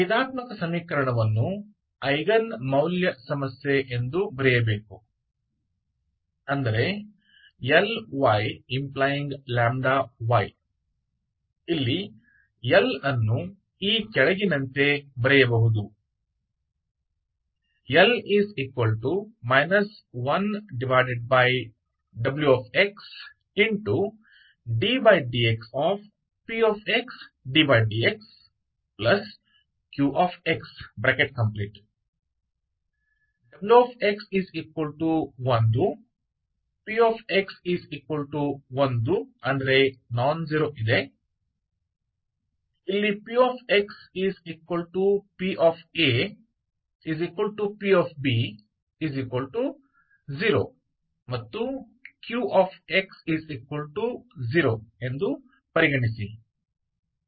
ಭೇದಾತ್ಮಕ ಸಮೀಕರಣವನ್ನು ಐಗನ್ ಮೌಲ್ಯ ಸಮಸ್ಯೆ ಎಂದು ಬರೆಯಬೇಕು ಅಂದರೆ Lyλyಇಲ್ಲಿ L ಅನ್ನು ಈ ಕೆಳಗಿನಂತೆ ಬರೆಯಬಹುದು L 1w ddx pxddxq wx1 px1 non zero ಇಲ್ಲಿ pxpapb0 ಮತ್ತು qx0 ಎಂದು ಪರಿಗಣಿಸಿ